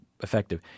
effective